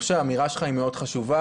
האמירה שלך היא מאוד חשובה.